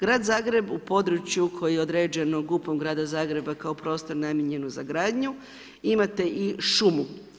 Grad Zagreb u području koje je određeno GUP-om grada Zagreba kao prostor namijenjen za gradnju, imate i šumu.